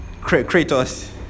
Kratos